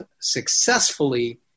successfully